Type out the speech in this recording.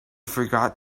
forgot